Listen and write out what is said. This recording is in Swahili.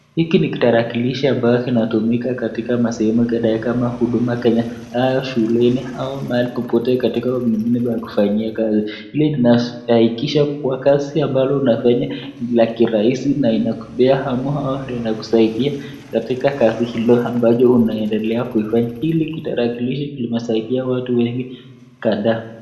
Hiki ni kitarakilishi ambayo kinatumika katika masehemu kadhaa kama huduma Kenya, au shuleni au mahali popote katika sehemu ya kufanyiwa kazi. Hilo linaakikisha kuwa kazi ambalo unafanya ni la kirahisi na inakupea hamu au inakusaidia katika kazi hilo, ambalo unaendelea kuifanya, ili kitarakilishi kimesaidia watu wengi kadhaa.